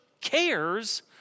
cares